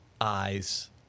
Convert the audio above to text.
eyes